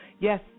Yes